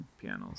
pianos